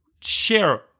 share